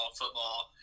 football